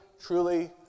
truly